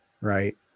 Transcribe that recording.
Right